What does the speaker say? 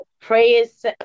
Prayers